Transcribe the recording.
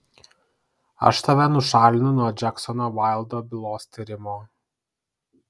aš tave nušalinu nuo džeksono vaildo bylos tyrimo